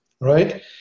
right